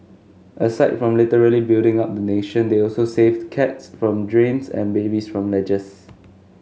aside from literally building up the nation they also save cats from drains and babies from ledges